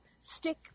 stick